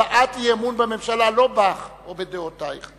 הבעת אי-אמון בממשלה, לא בך או בדעותייך.